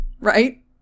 right